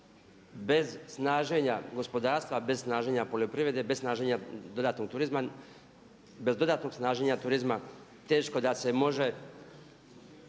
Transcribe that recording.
bez snaženja gospodarstva, bez snaženja poljoprivrede, bez dodatnog snaženja turizma teško da se može